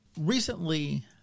Recently